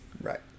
Right